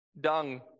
dung